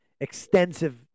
extensive